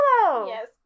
Yes